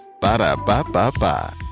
Ba-da-ba-ba-ba